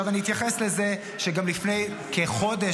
אני אתייחס לזה שגם לפני כחודש,